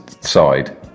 side